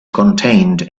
contained